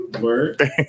Word